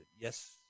yes